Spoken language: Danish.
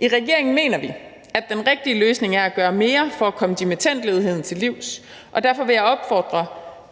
I regeringen mener vi, at den rigtige løsning er at gøre mere for at komme dimittendledigheden til livs, og derfor vil jeg opfordre